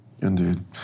Indeed